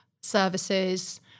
services